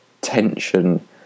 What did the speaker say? tension